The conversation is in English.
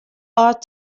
art